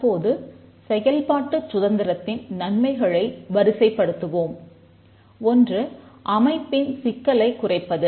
தற்போது செயல்பாட்டுச் சுதந்திரத்தின் நன்மைகளை வரிசைப்படுத்துவோம் ஒன்று அமைப்பின் சிக்கலைக் குறைப்பது